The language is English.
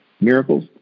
Miracles